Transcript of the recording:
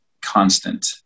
constant